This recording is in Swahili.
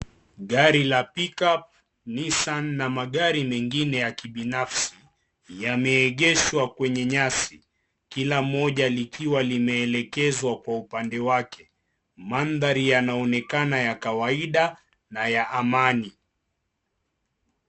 Gari la pickup, nissan na magari mengine ya kibinafsi yameegeshwa kwenye nyasi kila moja likiwa limelekezwa Kwa upande wake. Mandhari yanaonekana ya kawaida na ya amani.